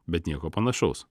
bet nieko panašaus